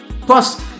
Plus